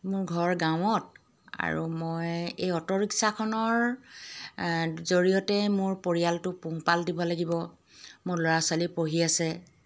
মোৰ ঘৰ গাঁৱত আৰু মই এই অ'টো ৰিক্সাখনৰ জৰিয়তে মোৰ পৰিয়ালটো পোহপাল দিব লাগিব মোৰ ল'ৰা ছোৱালী পঢ়ি আছে